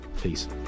Peace